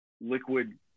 liquid